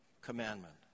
commandment